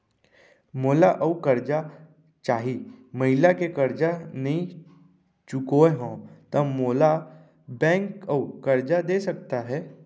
मोला अऊ करजा चाही पहिली के करजा नई चुकोय हव त मोल ला बैंक अऊ करजा दे सकता हे?